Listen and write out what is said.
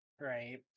right